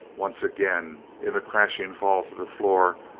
once again, in the crashing fall to the floor,